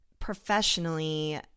professionally